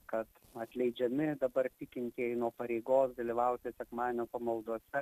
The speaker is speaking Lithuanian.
kad atleidžiami dabar tikintieji nuo pareigos dalyvauti sekmadienio pamaldose